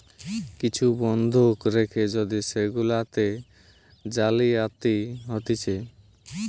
কিছু বন্ধক রেখে যদি সেগুলাতে জালিয়াতি হতিছে